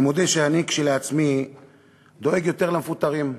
אני מודה שאני כשלעצמי דואג יותר למפוטרים.